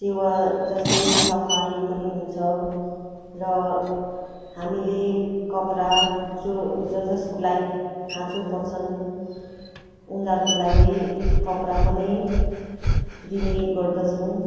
सेवा जस्तै सफाइ पनि हुन्छ र हामीले कपडा जो जजसकोलाई खाँचो पर्छन् उनीहरूको लागि कपडा पनि दिने गर्दछन्